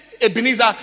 Ebenezer